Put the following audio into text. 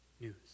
news